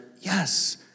yes